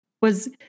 was-